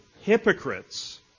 hypocrites